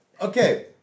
Okay